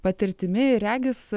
patirtimi regis